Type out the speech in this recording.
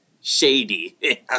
shady